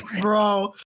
bro